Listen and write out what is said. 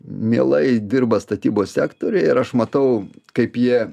mielai dirba statybos sektoriuje ir aš matau kaip jie